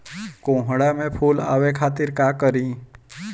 कोहड़ा में फुल आवे खातिर का करी?